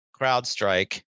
CrowdStrike